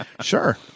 Sure